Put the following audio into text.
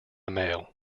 male